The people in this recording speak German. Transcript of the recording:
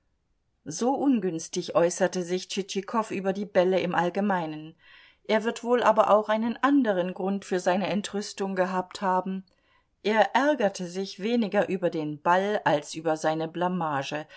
so ungünstig äußerte sich tschitschikow über die bälle im allgemeinen er wird wohl aber auch einen anderen grund für seine entrüstung gehabt haben er ärgerte sich weniger über den ball als über seine blamage